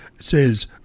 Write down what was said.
says